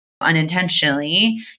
unintentionally